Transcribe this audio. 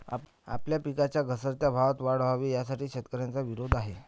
आपल्या पिकांच्या घसरत्या भावात वाढ व्हावी, यासाठी शेतकऱ्यांचा विरोध आहे